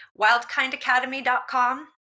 wildkindacademy.com